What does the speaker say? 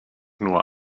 nur